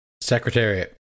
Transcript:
Secretariat